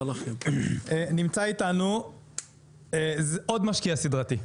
נמצא איתנו עוד משקיע סדרתי,